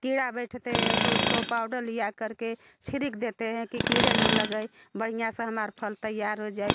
कीड़े बैठते हैं तो उसको पाउडर ले जा कर के छिड़क देते हैं कि कीड़े ना लगे बढ़िया से हमारे फल तैयार हो जाएं